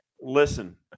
Listen